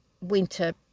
winter